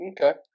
okay